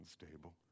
unstable